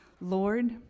Lord